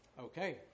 Okay